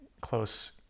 close